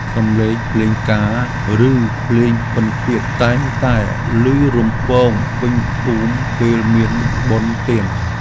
សម្លេងភ្លេងការ ឬភ្លេងពិណពាទ្យ តែងតែឮរំពងពេញភូមិពេលមានបុណ្យទាន។